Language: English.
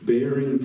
Bearing